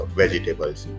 vegetables